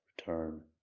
return